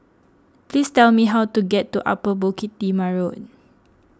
please tell me how to get to Upper Bukit Timah Road